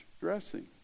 dressing